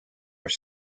are